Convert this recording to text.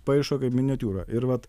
paišo kaip miniatiūrą ir vat